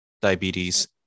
diabetes